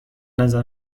نظر